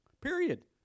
Period